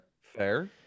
fair